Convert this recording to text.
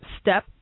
step